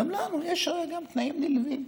גם לנו יש הרי תנאים נלווים.